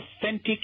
authentic